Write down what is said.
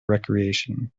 recreation